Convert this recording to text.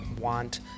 want